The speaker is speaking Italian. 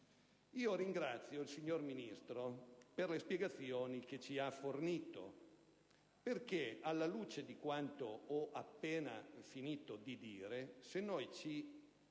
Ringrazio il signor Ministro per le spiegazioni che ci ha fornito perché, alla luce di quanto ho appena finito di dire, se noi